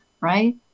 right